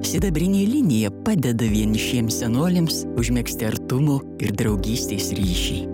sidabrinė linija padeda vienišiems senoliams užmegzti artumo ir draugystės ryšį